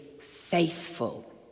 faithful